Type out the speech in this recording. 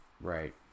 Right